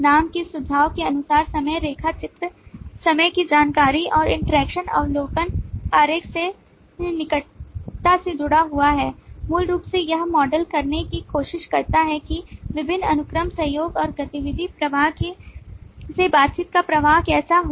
नाम के सुझाव के अनुसार समय रेखा चित्र समय की जानकारी और इंटरेक्शन अवलोकन आरेख से निकटता से जुड़ा हुआ है मूल रूप से यह मॉडल करने की कोशिश करता है कि विभिन्न अनुक्रम सहयोग और गतिविधि प्रवाह से बातचीत का प्रवाह कैसा हो